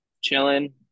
chilling